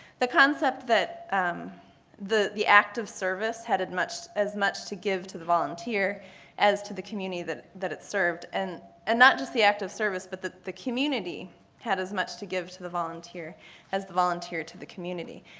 the concept that the the act of service had had as much to give to the volunteer as to the community that that it served, and and not just the act of service but the the community had as much to give to the volunteer as the volunteer to the community.